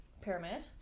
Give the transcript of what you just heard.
pyramid